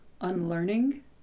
unlearning